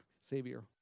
savior